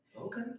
Okay